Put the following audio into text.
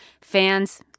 fans